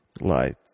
light